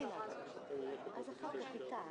נדרשת גם פה בהסמכה שלכם.